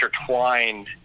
intertwined